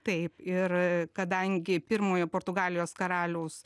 taip ir kadangi pirmojo portugalijos karaliaus